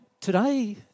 Today